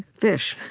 fish.